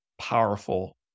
powerful